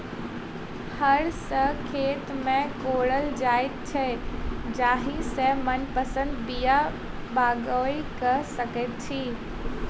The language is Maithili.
हर सॅ खेत के कोड़ल जाइत छै जाहि सॅ मनपसंद बीया बाउग क सकैत छी